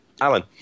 Alan